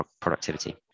productivity